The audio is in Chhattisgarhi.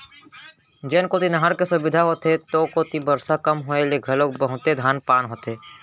जेन कोती नहर के सुबिधा होथे ओ कोती बरसा कम होए ले घलो बहुते धान पान होथे